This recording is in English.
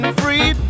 free